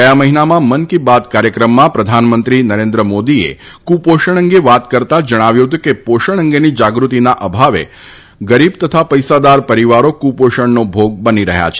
ગયા મહિનામાં મન કી બાત કાર્યક્રમમાં પ્રધાનમંત્રી નરેન્દ્ર મોદીએ કુપોષણ અંગે વાત કરતા જણાવ્યું હતું કે પોષણ અંગેની જાગૃતિના અભાવના કારણે ગરીબ તેમજ પૈસાદાર પરિવારો કુપોષણનો ભોગ બની રહ્યા છે